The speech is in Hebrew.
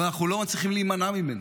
אבל אנחנו לא מצליחים להימנע ממנה.